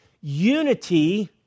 unity